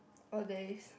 oh there is